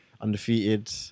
undefeated